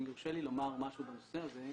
אם יורשה לי לומר משהו בנושא הזה.